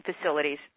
facilities